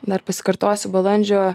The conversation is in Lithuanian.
dar pasikartosiu balandžio